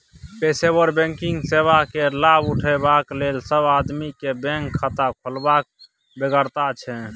पेशेवर बैंकिंग सेवा केर लाभ उठेबाक लेल सब आदमी केँ बैंक खाता खोलबाक बेगरता छै